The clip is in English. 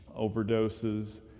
overdoses